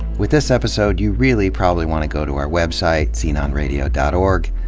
with this episode, you really probably want to go to our website, sceneonradio dot org,